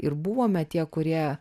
ir buvome tie kurie